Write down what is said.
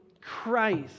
Christ